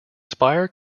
spire